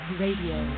radio